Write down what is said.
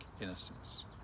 Innocence